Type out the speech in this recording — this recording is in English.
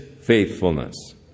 faithfulness